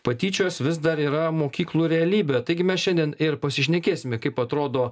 patyčios vis dar yra mokyklų realybė taigi mes šiandien ir pasišnekėsime kaip atrodo